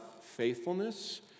faithfulness